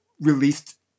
released